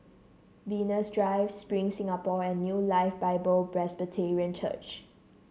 Venus Drive Spring Singapore and New Life Bible Presbyterian Church